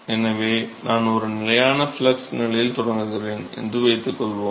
எனவே நான் ஒரு நிலையான ஃப்ளக்ஸ் நிலையில் தொடங்குகிறேன் என்று வைத்துக்கொள்வோம்